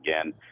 again